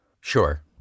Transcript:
Sure